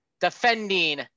defending